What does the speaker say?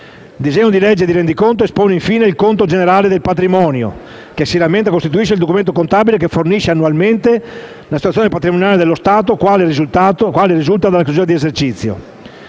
Il disegno di legge di Rendiconto espone infine il conto generale del patrimonio che - si rammenta - costituisce il documento contabile che fornisce annualmente la situazione patrimoniale dello Stato, quale risulta alla chiusura dell'esercizio.